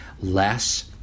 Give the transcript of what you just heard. less